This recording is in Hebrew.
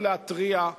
הוא יכול להתריע,